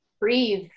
breathe